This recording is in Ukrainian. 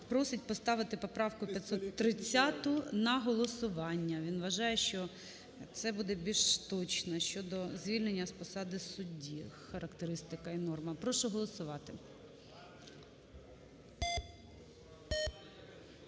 просить поставити поправку 530 на голосування. Він вважає, що це буде більш точно щодо звільнення з посади судді, характеристика і норма. Прошу голосувати.